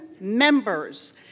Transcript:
members